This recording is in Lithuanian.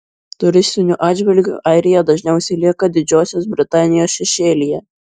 turistiniu atžvilgiu airija dažniausiai lieka didžiosios britanijos šešėlyje